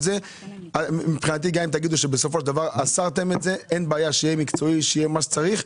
גם אם תגידו שאסרתם את זה שיהיה מקצועי ומה שצריך.